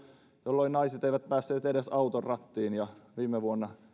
jolloin naiset eivät päässeet edes auton rattiin ja viime vuonna